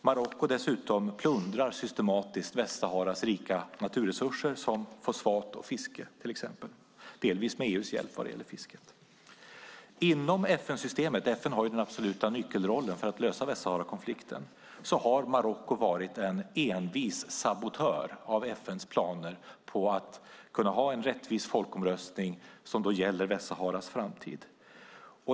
Marocko plundrar dessutom systematiskt Västsaharas rika naturresurser, till exempel fosfat och fiske - delvis med EU:s hjälp vad gäller fisket. FN har den absoluta nyckelrollen för att lösa Västsaharakonflikten. Inom FN-systemet har Marocko varit en envis sabotör av FN:s planer på att genomföra en rättvis folkomröstning om Västsaharas framtid.